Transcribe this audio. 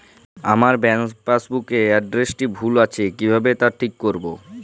আমার bank passbook এর এড্রেসটি ভুল আছে কিভাবে তা ঠিক করবো?